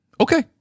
Okay